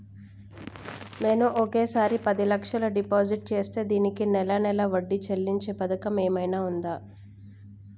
నేను ఒకేసారి పది లక్షలు డిపాజిట్ చేస్తా దీనికి నెల నెల వడ్డీ చెల్లించే పథకం ఏమైనుందా?